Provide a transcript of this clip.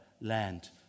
Land